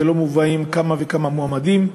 ושלא מובאים כמה וכמה מועמדים.